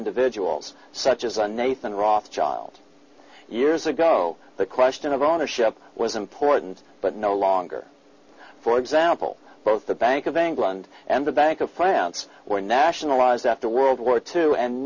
individuals such as a nathan ross child years ago the question of ownership was important but no longer for example both the bank of england and the bank of france were nationalized after world war two and